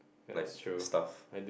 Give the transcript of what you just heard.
like stuff